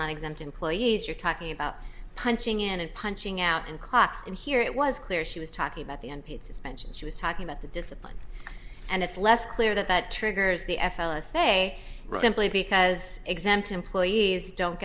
man exempt employees you're talking about punching in and punching out in clots and here it was clear she was talking about the n p t suspension she was talking about the discipline and it's less clear that that triggers the f l a say simply because exempt employees don't